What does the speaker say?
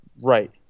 Right